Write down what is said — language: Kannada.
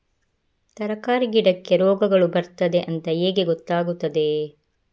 ತರಕಾರಿ ಗಿಡಕ್ಕೆ ರೋಗಗಳು ಬರ್ತದೆ ಅಂತ ಹೇಗೆ ಗೊತ್ತಾಗುತ್ತದೆ?